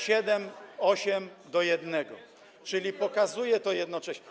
Siedem, osiem do jednego, czyli to pokazuje jednocześnie.